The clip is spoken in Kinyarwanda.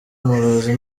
umurozi